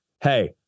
Hey